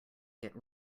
get